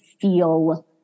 feel